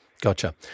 Gotcha